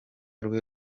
rwe